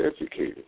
educated